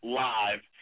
live